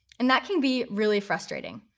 and that can be really frustrating.